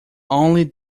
only